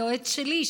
היועץ שלי,